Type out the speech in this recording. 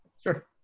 Sure